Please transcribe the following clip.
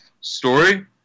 story